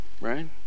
right